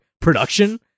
production